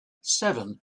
seven